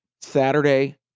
Saturday